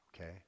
Okay